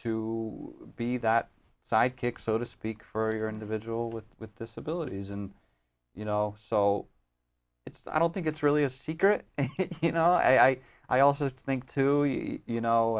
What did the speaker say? to be that psychic so to speak for your individual with with disabilities and you know so it's i don't think it's really a secret you know i i also think to you know